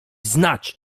znać